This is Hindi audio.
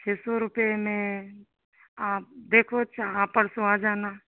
छः सौ रुपये में आप देखो अच्छा आप परसों आ जाना